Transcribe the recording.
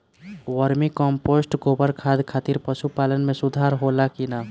Vermi compost गोबर खाद खातिर पशु पालन में सुधार होला कि न?